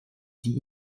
die